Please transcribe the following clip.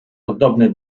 podobny